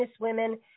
businesswomen